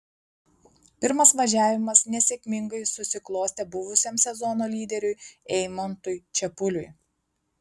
pirmas važiavimas nesėkmingai susiklostė buvusiam sezono lyderiui eimantui čepuliui